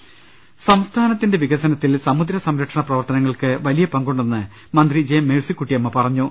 ദർവ്വെടുക സംസ്ഥാനത്തിന്റെ വികസനത്തിൽ സമുദ്ര സംരക്ഷണ പ്രവർത്തന ങ്ങൾക്ക് വലിയ പങ്കുണ്ടെന്ന് മന്ത്രി ജെ മേഴ്സിക്കുട്ടിയമ്മ പറഞ്ഞു